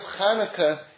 Hanukkah